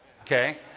okay